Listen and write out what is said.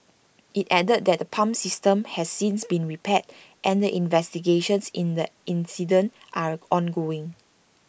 IT added that the pump system has since been repaired and that investigations in the incident are ongoing